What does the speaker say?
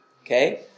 okay